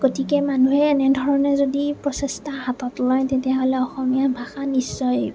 গতিকে মানুহে এনেধৰণে যদি প্ৰচেষ্টা হাতত লয় তেতিয়াহ'লে অসমীয়া ভাষা নিশ্চয়